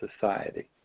society